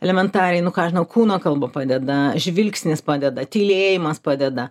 elementariai nu ką aš žinau kūno kalba padeda žvilgsnis padeda tylėjimas padeda